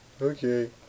Okay